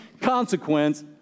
consequence